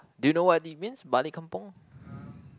do you know what it means balik kampung